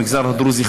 במגזר הדרוזי,